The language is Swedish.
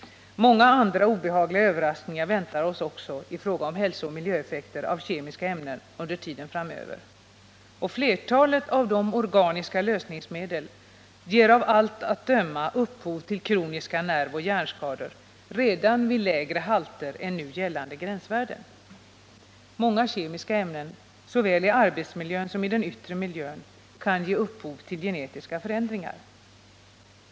Många andra obehagliga överraskningar väntar oss också i fråga om hälsooch miljöeffekter av kemiska ämnen under tiden framöver. Flertalet av de organiska lösningsmedlen ger av allt att döma upphov till kroniska nervoch hjärnskador redan vid lägre halter än nu gällande gränsvärden. Många kemiska ämnen såväl i arbetsmiljön som i den yttre miljön kan ge upphov till genetiska förändringar.